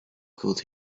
could